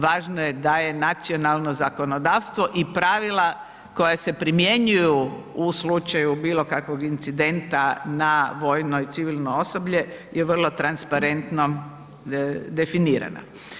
Važno je da je nacionalno zakonodavstvo i pravila koja se primjenjuju u slučaju bilo kakvog incidenta na vojno i civilno osoblje je vrlo transparentno definirana.